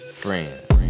friends